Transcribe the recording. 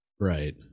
Right